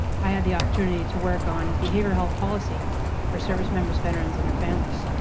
i had the opportunity to work on behavioral health policy for service members veterans and their families.